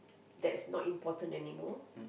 that's not important anymore